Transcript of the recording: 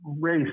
Race